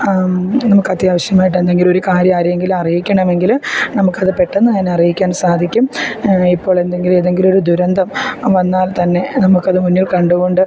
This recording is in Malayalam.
നമുക്ക് അത്യാവശ്യമായിട്ട് എന്തെങ്കിലും ഒരു കാര്യം ആരെയെങ്കിലും അറിയിക്കണമെങ്കിൽ നമുക്കത് പെട്ടെന്ന് തന്നെ അറിയിക്കാൻ സാധിക്കും ഇപ്പോൾ എന്തെങ്കിലും ഏതെങ്കിലും ഒരു ദുരന്തം വന്നാൽ തന്നെ നമുക്കത് മുന്നിൽ കണ്ടുകൊണ്ട്